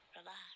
relax